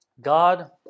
God